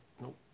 Nope